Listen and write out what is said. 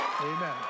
Amen